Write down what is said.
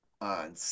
on